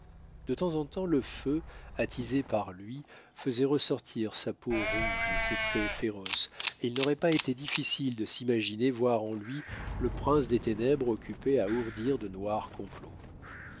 de temps en temps le feu attisé par lui faisait ressortir sa peau rouge et ses traits féroces et il n'aurait pas été difficile de s'imaginer voir en lui le prince des ténèbres occupé à ourdir de noirs complots